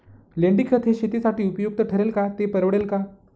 लेंडीखत हे शेतीसाठी उपयुक्त ठरेल का, ते परवडेल का?